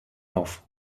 off